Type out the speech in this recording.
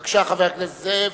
בבקשה, חבר הכנסת זאב.